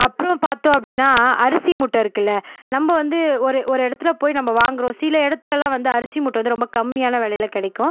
அப்புறம் பார்த்தோம் அப்படின்னா அரிசி மூட்டை இருக்குல நம்ப வந்து ஒரு ஒரு இடத்துல போய் நம்ப வாங்கறோம் சில இடத்துலலாம் வந்து அரிசி மூட்டை வந்து ரொம்ப கம்மியான விலையில கிடைக்கும்